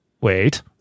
Wait